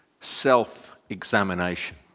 self-examination